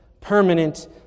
permanent